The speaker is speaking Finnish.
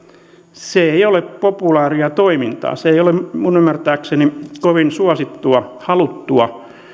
se ei ole populaaria toimintaa se ei ole minun ymmärtääkseni kovin suosittua haluttua